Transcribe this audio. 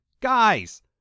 Guys